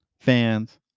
fans